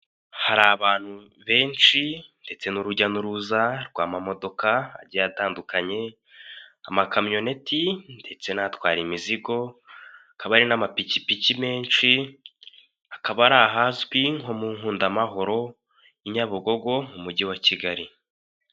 Hari abantu benshi ndetse n'urujya n'uruza rw'amamodoka agiye atandukanye, amakamyoneti ndetse n'atwara imizigo, hakaba hari n'amapikipiki menshi, akaba ari ahazwi nko mu Nkundamahoro i Nyabugogo mu mujyi wa Kigali.